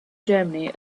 germany